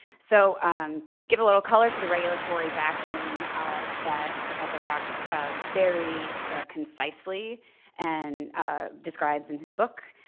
so um to give a little color to the regulatory vacuum that professor fox very concisely and describes in his book,